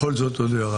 בכל זאת, עוד הערה.